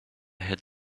had